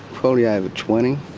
probably over twenty.